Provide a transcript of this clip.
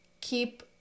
keep